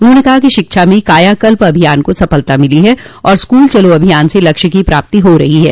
उन्होंने कहा कि शिक्षा में कायाकल्प अभियान को सफलता मिली है और स्कूल चलो अभियान से लक्ष्य की प्राप्ति हो रही है